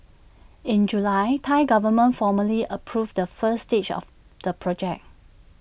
in July Thai Government formally approved the first stage of the project